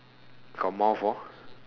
got mouth hor